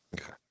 Okay